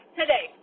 today